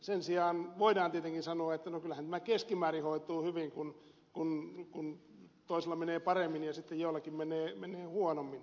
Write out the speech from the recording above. sen sijaan voidaan tietenkin sanoa että no kyllähän tämä keskimäärin hoituu hyvin kun toisilla menee paremmin ja sitten joillakin menee huonommin